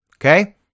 Okay